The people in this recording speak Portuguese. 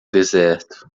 deserto